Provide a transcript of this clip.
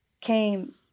came